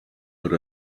but